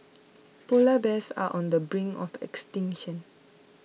Polar Bears are on the brink of extinction